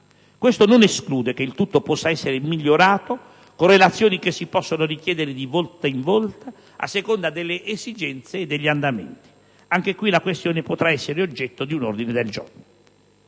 Questo non esclude che il tutto possa essere migliorato con relazioni che si possono richiedere di volta in volta, a seconda delle esigenze e degli andamenti. Anche in questo caso la questione potrà essere oggetto di un ordine del giorno.